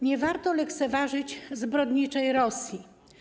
Nie warto lekceważyć zbrodniczej Rosji.